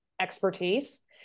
expertise